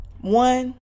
One